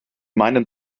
meinen